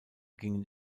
gingen